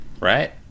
right